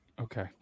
Okay